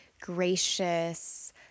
gracious